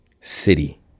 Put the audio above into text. city